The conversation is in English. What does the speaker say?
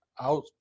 out